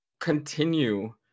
continue